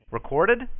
Recorded